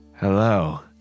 Hello